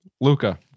Luca